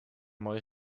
mooi